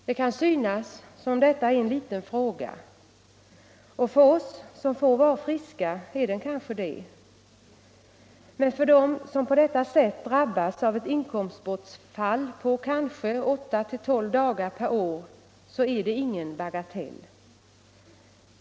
Det kan synas som att detta är en liten fråga, och för oss som får vara friska är den kanske det, men för dem som på detta sätt drabbas av ett inkomstbortfall på 8 till 12 dagar per år är det ingen bagatell.